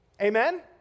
Amen